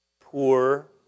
poor